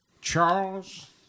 Charles